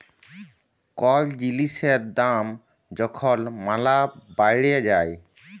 call জিলিসের দাম যখল ম্যালা বাইড়ে যায়